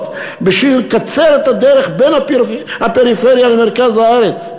כדי לקצר את הדרך בין הפריפריה למרכז הארץ,